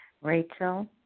Rachel